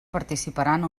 participaran